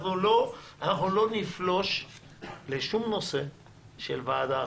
אנחנו לא נפלוש לשום נושא של ועדה אחרת.